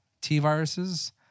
T-viruses